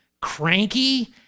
cranky